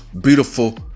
beautiful